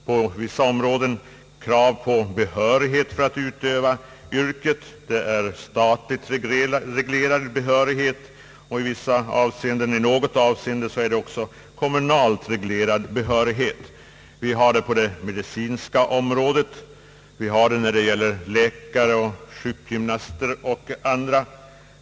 På vissa områden har vi krav på behörighet för utövande av yrket. Sådan behörighet krävs när det gäller läkare, sjukgymnaster och andra.